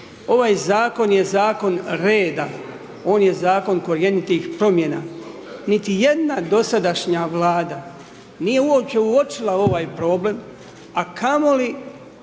Ovaj zakon je zakon reda. On je zakon korjenitih promjena. Niti jedna dosadašnja vlada nije uopće uočila ovaj problem, a kamoli